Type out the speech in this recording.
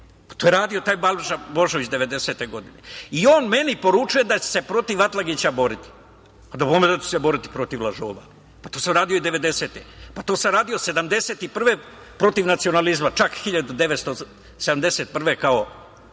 to je radio taj Balša Božović 1990. godine. On meni poručuje da će se protiv Atlagića boriti. Dabome da ću se boriti protiv lažova, pa to sam radio 1990. godine, po to sam radio 1971. godine protiv nacionalizma čak 1971. godine